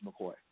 McCoy